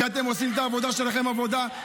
כי אתם עושים את העבודה שלכם נאמנה.